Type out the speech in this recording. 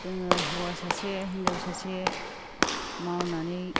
जोङो हौवा सासे हिन्जाव सासे मावनानै